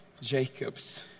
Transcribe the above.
Jacobs